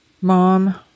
Mom